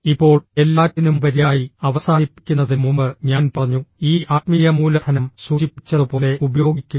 ഇപ്പോൾ എല്ലാറ്റിനുമുപരിയായി അവസാനിപ്പിക്കുന്നതിന് മുമ്പ് ഞാൻ പറഞ്ഞു ഈ ആത്മീയ മൂലധനം സൂചിപ്പിച്ചതുപോലെ ഉപയോഗിക്കുക